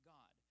God